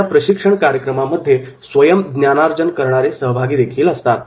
अशा प्रशिक्षण कार्यक्रमामध्ये स्वयम् ज्ञानार्जन करणारे सहभागीदेखील असतात